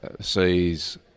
sees